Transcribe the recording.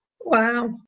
Wow